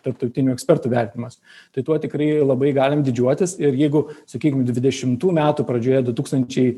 tarptautinių ekspertų vertinimas tai tuo tikrai labai galim didžiuotis ir jeigu sakykim dvidešimtų metų pradžioje du tūkstančiai